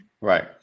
Right